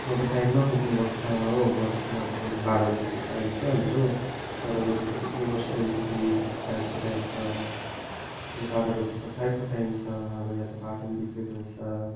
म त टाइममा पुग्नुपर्छ हो म त किनभने बाह्र बजीको टाइम छ मेरो बाह्र बजी त पुग्नैपर्छ एनजेपी अनि फ्लाइटको टाइम छ मेरो बाह्र बजी त फ्लाइटको टाइम छ अब यहाँ त बाटो पनि बिग्रेको रहेछ